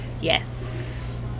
Yes